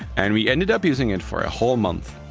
and we ended up using it for a whole month.